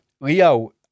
Leo